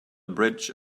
bridge